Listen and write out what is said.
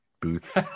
booth